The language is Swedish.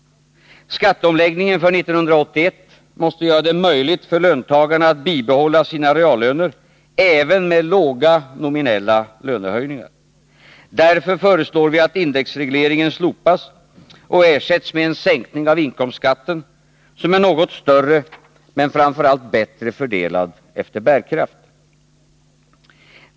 Skatteomläggningen för 1981 måste göra det möjligt för löntagarna att bibehålla sina reallöner även med låga nominella lönehöjningar. Därför föreslår vi att indexregleringen slopas och ersätts med en sänkning av inkomstskatten, som är något större men framför allt bättre fördelad efter bärkraft.